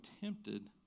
tempted